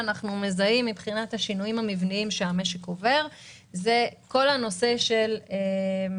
מבחינת השינויים המבניים שהמשק עובר אנחנו מזהים את כל נושא הדיגיטליות,